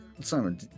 Simon